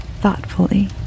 thoughtfully